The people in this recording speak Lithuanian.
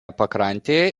pakrantėje